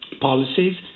policies